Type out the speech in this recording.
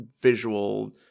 visual